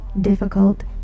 difficult